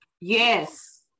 yes